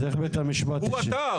אז איך בית המשפט -- הוא עתר.